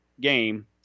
game